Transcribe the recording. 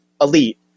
elite